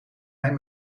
mijn